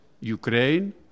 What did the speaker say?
Ukraine